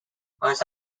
most